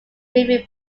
movie